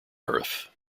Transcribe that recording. earth